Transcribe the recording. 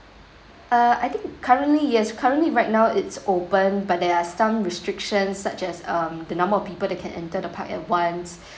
uh I think currently yes currently right now it's open but there are some restrictions such as um the number of people that can enter the park at once